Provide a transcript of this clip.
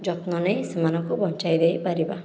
ଯତ୍ନ ନେଇ ସେମାନଙ୍କୁ ବଞ୍ଚାଇ ଦେଇପାରିବା